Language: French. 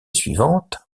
suivante